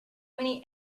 many